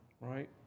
Right